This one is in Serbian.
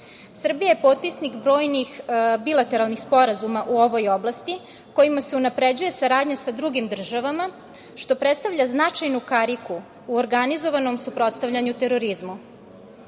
Srbija je potpisnik brojnih bilateralnih sporazuma u ovoj oblasti kojima se unapređuje saradnja sa drugim državama, što predstavlja značajnu kariku u organizovanom suprotstavljanju terorizmu. Kada